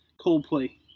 Coldplay